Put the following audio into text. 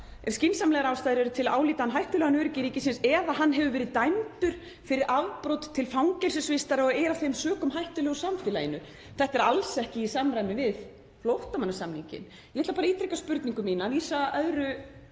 ef skynsamlegar ástæður eru til að álíta hann hættulegan öryggi ríkisins eða hann hefur verið dæmdur, fyrir afbrot, til fangelsisvistar og er af þeim sökum hættulegur samfélaginu.“ Þetta er alls ekki í samræmi við flóttamannasamninginn. Ég ætla að ítreka spurningu mína, vísa öðru